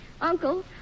Uncle